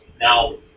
Now